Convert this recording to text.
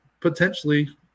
potentially